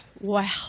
wow